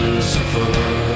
Lucifer